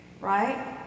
right